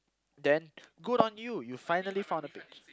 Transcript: then good on you you finally found a pic~